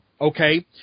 Okay